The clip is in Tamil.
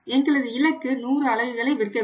எங்களது இலக்கு 100 அலகுகளை விற்க வேண்டும்